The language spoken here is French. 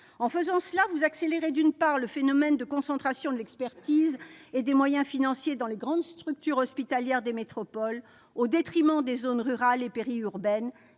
Ce faisant, d'une part, vous accélérez le phénomène de concentration de l'expertise et des moyens financiers dans les grandes structures hospitalières des métropoles au détriment des zones rurales et périurbaines